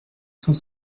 cent